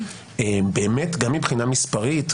גם מבחינה מספרית,